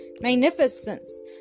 magnificence